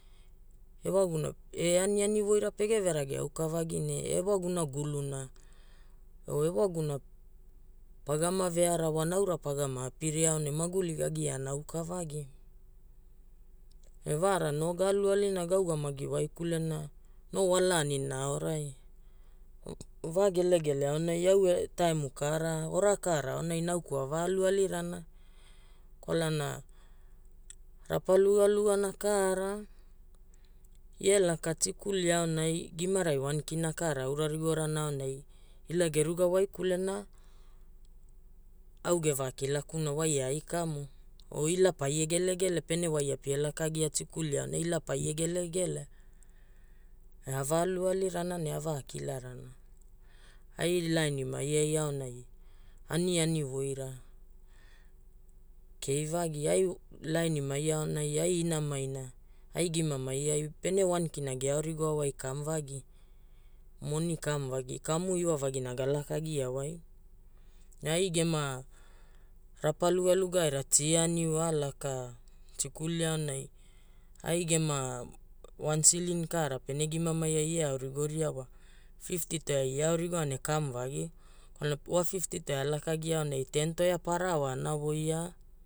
Ewaguna aniani voira pege ve rage auka vagi ne ewaguna guluna o ewaguna pagama ve arawa naura pagama apiria aonai maguli ga giana auka vagi. E vaara no ga alualina ga ugamagi waikulena no wa laanina aorai va gelegele aonai au e taimu ka ra, ora ka ra aonai nauku ava alu ali rana kwalana rapa lugaluga ka ra, ie laka tikuli aonai gimarai K1 ka ra a ura rigo rana aonai, ila ge ruga waikulena au ge vaakila kuna waia ai kamu o ila paie gelegele, pene waia pie lakagia tikuli aonai ila paie gelegele. Ne a va alu ali rana a vaakilarana, ai laani mai ai aonai aniani voira kei vagi. Ai laani mai ai, aonai ai inamaina ai gima mai ai pene K1 ge ao rigoa wai wa kamu vagi, moni kamu vagi, kamu iwa vagina ga lakagia wai. Na ai gema rapa lugaluga aira ti a niu a laka tikuli aonai ai gema wan silini ka ra pene gima mai ai ie ao rigori wa, 50t ie ao rigoa ne kamu vagi. Kwalana wa 50t a lakagia aonai 10t paraoa ana voia